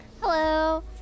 Hello